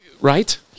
Right